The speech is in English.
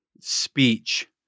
speech